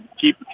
keep